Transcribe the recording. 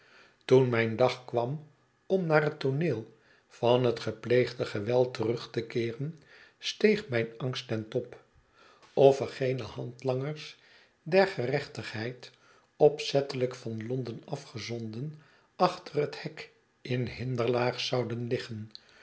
toen mijn dag kwam om naar het tooneel van het gepleegde geweld terug te keeren steeg mijn angst ten top of er geene handlangers der gerechtigheid opzettelijk van londen afgezonden achter het hek in hinderlaag zouden liggen